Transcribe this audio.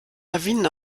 lawinen